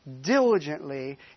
diligently